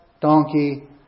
donkey